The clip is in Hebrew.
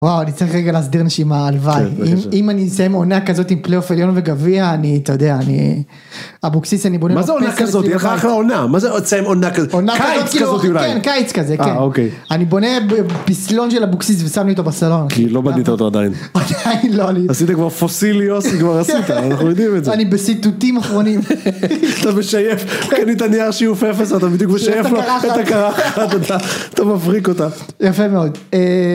וואו, אני צריך רגע להסדיר נשימה הלוואי. אם אני אסיים עונה כזאת עם פליאוף עליון וגביע אני אתה יודע אני... אבוקסיס אני בונה... מה זה עונה כזאת? מה יהיה לך אחלה עונה. מה זה אם תסיים עונה כזאת? קיץ כזאת אולי. כן, קיץ כזה. אה אוקי. אני בונה פסלון של אבוקסיס ושם לי אותו בסלון. כי לא בנית אותו עדיין. עדיין לא. עשית כבר fossilios, כבר עשית. אנחנו יודעים את זה. אני בסיתותים אחרונים. אתה משייף, קנית נייר שיוף 0, אתה בדיוק משייף לו את הקרחת, אתה מבריק אותה. יפה מאוד.